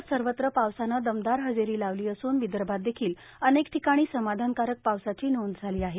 राज्यात सर्वत्र पावसानं दमदार हजेरी लावली असून विदर्भात देखिल अनेक ठिकाणी समाधानकारक पावसाची नोंद झाली आहे